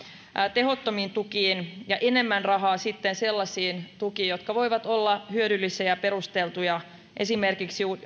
tehottomiin tukiin ja enemmän rahaa sitten sellaisiin tukiin jotka voivat olla hyödyllisiä ja perusteltuja esimerkiksi